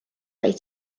vaid